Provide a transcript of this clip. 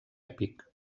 èpic